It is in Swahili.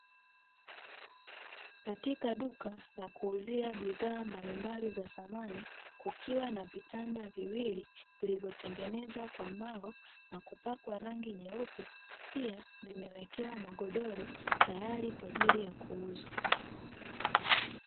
Katika duka la kuuzia bidhaa mbalimbali za samani, kukiwa na vitanda viwili vilivyotengenezwa kwa mbao na kupakwa rangi nyeupe, pia limewekewa magodoro tayari kwa ajili ya kuuzwa.